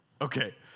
Okay